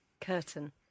Curtain